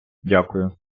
дякую